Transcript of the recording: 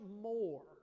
more